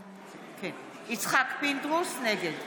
נגד.